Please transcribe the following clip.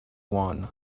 one